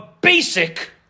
basic